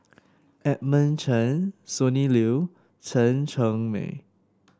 Edmund Chen Sonny Liew Chen Cheng Mei